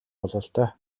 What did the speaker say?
бололтой